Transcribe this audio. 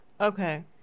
Okay